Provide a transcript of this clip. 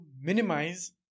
minimize